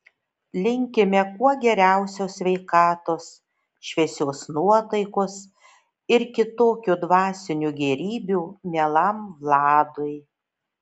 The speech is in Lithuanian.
linkime kuo geriausios sveikatos šviesios nuotaikos ir kitokių dvasinių gėrybių mielam vladui